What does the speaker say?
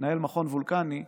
מנהל מכון וולקני לפגישה,